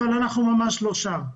אבל אנחנו ממש לא שם.